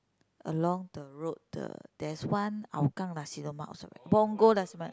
along the road the there is one Hougang Nasi-Lemak also Punggol Nasi-Lemak